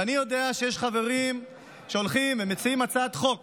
ואני יודע שיש חברים שהולכים ומציעים הצעת חוק